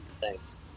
Thanks